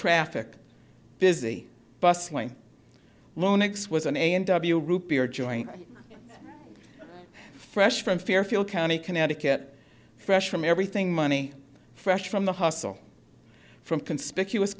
traffic busy bustling lone x was on a n w root beer joint fresh from fairfield county connecticut fresh from everything money fresh from the hustle from conspicuous